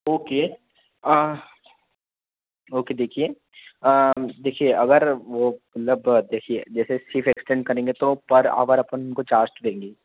okay okay देखिए देखिए अगर वह मतलब देखिए जैसे शिफ्ट एक्सटेंड करेंगे तो पर ऑवर अपन को चार्ज देंगी